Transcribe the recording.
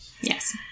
Yes